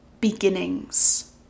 beginnings